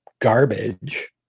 Garbage